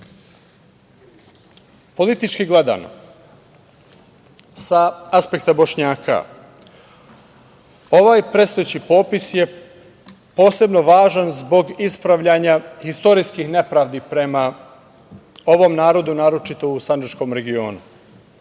odbila. Politički gledano sa aspekta Bošnjaka, ovaj predstojeći popis je posebno važan zbog ispravljanja istorijskih nepravdi prema ovom narodu, naročito u sandžačkom regionu.